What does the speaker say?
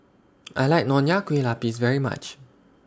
I like Nonya Kueh Lapis very much